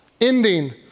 Ending